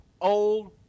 old